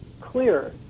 clear